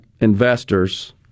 investors